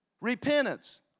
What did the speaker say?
Repentance